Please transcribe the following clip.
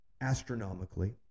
astronomically